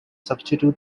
substitute